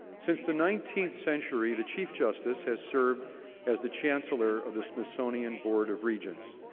since the nineteenth century the chief justice has served as the chancellor of the smithsonian board of regents.